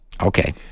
Okay